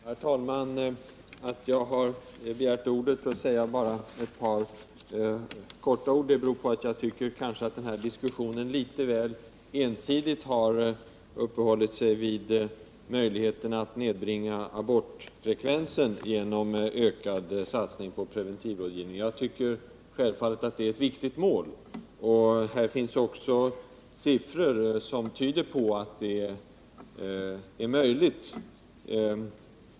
Herr talman! Att jag har begärt ordet för att göra ett kort inlägg beror på att den här diskussionen litet väl ensidigt har uppehållit sig vid möjligheten att nedbringa abortfrekvensen genom ökad satsning på preventivmedelsrådgivning. Jag tycker självfallet att det är ett viktigt mål. Här finns också siffror som tyder på att det är möjligt.